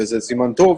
וזה סימן טוב,